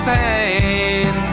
pain